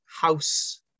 house